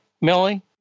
Millie